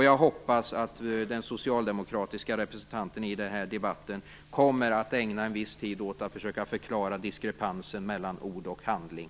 Jag hoppas att den socialdemokratiska representanten i debatten kommer att ägna en viss tid åt att försöka förklara diskrepansen mellan ord och handling.